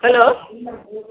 hello